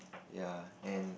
ya and